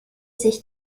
sich